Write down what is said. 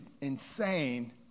insane